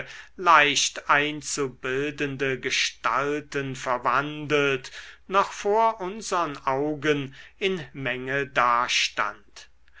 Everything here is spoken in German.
leicht einzubildende gestalten verwandelt noch vor unsern augen in menge dastand